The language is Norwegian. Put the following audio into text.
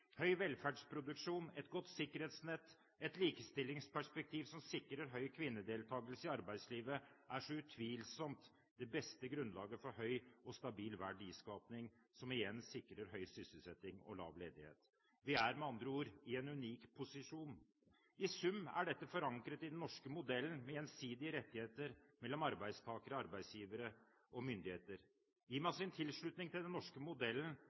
Høy velferdsproduksjon, et godt sikkerhetsnett og et likestillingsperspektiv som sikrer høy kvinnedeltakelse i arbeidslivet, er så utvilsomt det beste grunnlaget for høy og stabil verdiskaping, som igjen sikrer høy sysselsetting og lav ledighet. Vi er med andre ord i en unik posisjon. I sum er dette forankret i den norske modellen med gjensidige rettigheter mellom arbeidstakere, arbeidsgivere og myndigheter. Gir man sin tilslutning til den norske modellen,